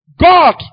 God